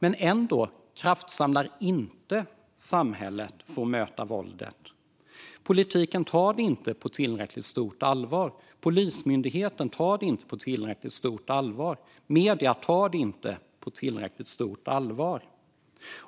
Ändå kraftsamlar inte samhället för att möta våldet. Politiken tar det inte på tillräckligt stort allvar. Polismyndigheten tar det inte på tillräckligt stort allvar. Medierna tar det inte på tillräckligt stort allvar.